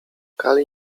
kali